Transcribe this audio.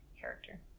character